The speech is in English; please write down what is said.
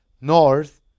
north